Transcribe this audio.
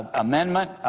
amendment.